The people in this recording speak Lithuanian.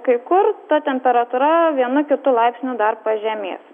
kai kur ta temperatūra vienu kitu laipsniu dar pažemės